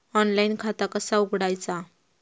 Online खाता कसा उघडायचा?